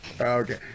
Okay